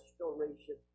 Restoration